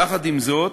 יחד עם זאת,